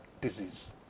disease